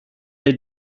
they